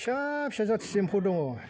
फिसा फिसा जाथि एम्फौ दङ